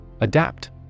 Adapt